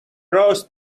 rose